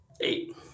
eight